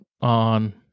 on